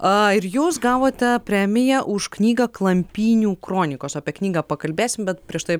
ar jūs gavote premiją už knygą klampynių kronikos apie knygą pakalbėsim bet prieš tai